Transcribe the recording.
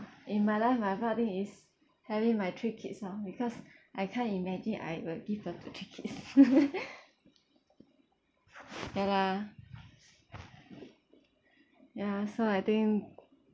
in my life my proud thing is having my three kids orh because I can't imagine I will give birth to three kids ya lah ya so I think